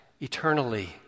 eternally